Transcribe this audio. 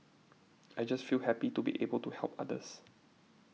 I just feel happy to be able to help others